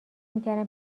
میکردم